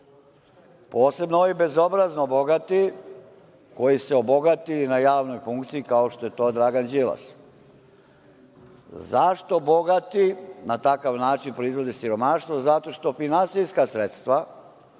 posebno ovi bezobrazno bogati, koji su se obogatili na javnoj funkciji, kao što je to Dragan Đilas. Zašto bogati na takav način proizvode siromaštvo? Zato što finansijska sredstva